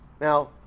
now